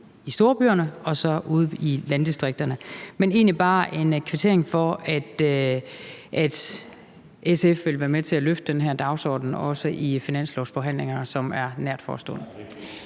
ser ud ude i landdistrikterne. Men det er egentlig bare en kvittering for, at SF vil være med til at løfte den her dagsorden også i finanslovsforhandlingerne, som er nært forestående.